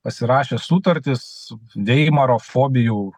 pasirašė sutartis veimaro fobijų